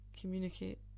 communicate